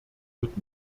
wird